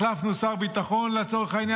מה זה בית העם?